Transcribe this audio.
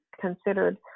considered